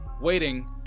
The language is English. waiting